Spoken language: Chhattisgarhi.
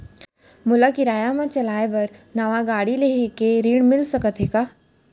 मोला किराया मा चलाए बर नवा गाड़ी लेहे के ऋण मिलिस सकत हे का?